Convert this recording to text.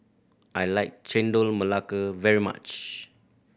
I like Chendol Melaka very much